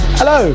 Hello